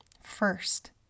First